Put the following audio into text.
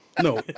No